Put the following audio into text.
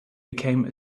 became